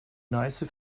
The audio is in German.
neiße